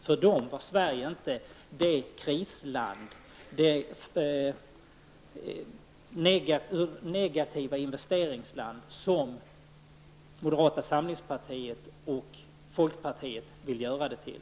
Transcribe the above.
För detta företag var Sverige inte det krisland, det negativa investeringsland som moderata samlingspartiet och folkpartiet vill göra det till.